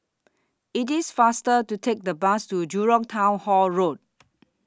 IT IS faster to Take The Bus to Jurong Town Hall Road